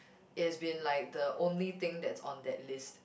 it has been like the only thing that's on that list